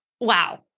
Wow